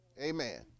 Amen